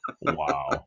Wow